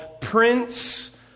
Prince